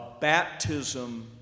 baptism